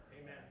Amen